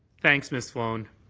thanks, ms. sloan.